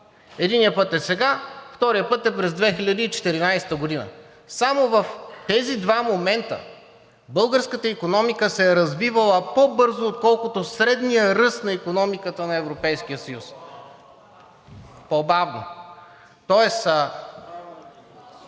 Единият път е сега, вторият път е през 2014 г. Само в тези два момента българската икономика се е развивала по-бързо, отколкото средния ръст на икономиката на Европейския съюз. (Реплики от